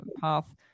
path